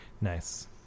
Nice